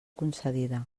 concedida